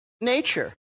nature